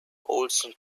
olsen